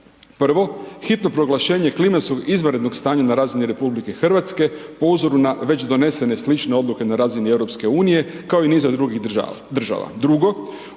Prvo, hitno proglašenje klimatskog izvanrednog stanja na razini RH po uzoru na već donesene slične odluke na razini EU-a kao i niza drugih država. Drugo,